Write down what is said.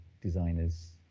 designers